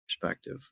perspective